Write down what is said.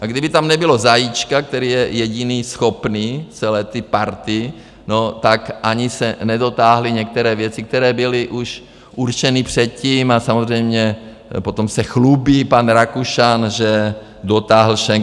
A kdyby tam nebylo Zajíčka, který je jediný schopný z celé té party, no tak ani se nedotáhly některé věci, které byly už určeny předtím a samozřejmě potom se chlubí pan Rakušan, že dotáhl Schengen Chorvatska.